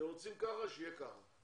אתם רוצים ככה, שיהיה ככה.